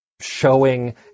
showing